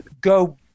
go